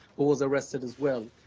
who was arrested as well.